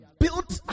built